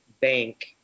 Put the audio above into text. bank